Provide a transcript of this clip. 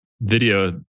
video